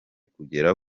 kugera